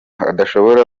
adashobora